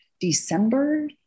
December